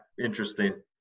interesting